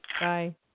bye